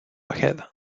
ahead